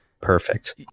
perfect